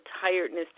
tiredness